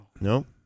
Nope